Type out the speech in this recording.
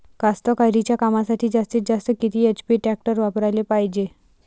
कास्तकारीच्या कामासाठी जास्तीत जास्त किती एच.पी टॅक्टर वापराले पायजे?